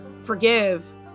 forgive